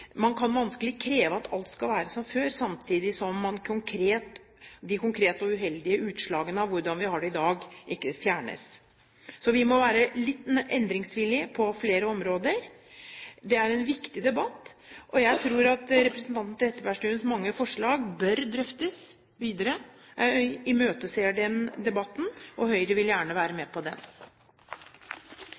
alt skal være som før, samtidig som de konkrete og uheldige utslagene av hvordan vi har det i dag, skal fjernes. Så vi må være litt endringsvillige på flere områder. Det er en viktig debatt, og jeg tror at representanten Trettebergstuens mange forslag bør drøftes videre. Jeg imøteser den debatten, og Høyre vil gjerne være med på den.